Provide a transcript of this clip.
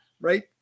right